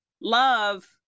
love